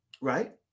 right